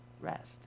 rest